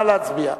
נא להצביע.